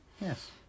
yes